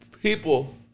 People